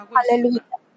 Hallelujah